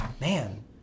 man—